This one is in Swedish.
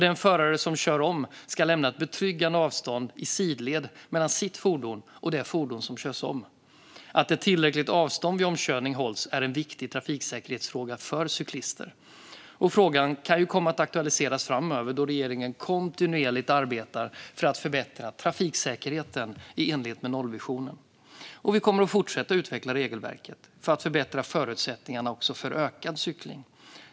Den förare som kör om ska lämna ett betryggande avstånd i sidled mellan sitt fordon och det fordon som körs om. Att ett tillräckligt avstånd vid omkörning hålls är en viktig trafiksäkerhetsfråga för cyklister. Frågan kan komma att aktualiseras framöver då regeringen kontinuerligt arbetar för att förbättra trafiksäkerheten i enlighet med nollvisionen. Vi kommer att fortsätta att utveckla regelverket för att förbättra förutsättningarna för ökad cykling.